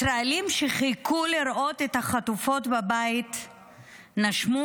ישראלים שחיכו לראות את החטופות בבית נשמו.